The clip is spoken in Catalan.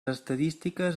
estadístiques